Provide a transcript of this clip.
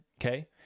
okay